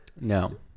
no